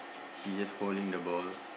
he just holding the ball